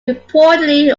reportedly